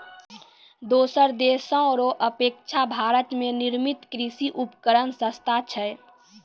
दोसर देशो रो अपेक्षा भारत मे निर्मित कृर्षि उपकरण सस्ता छै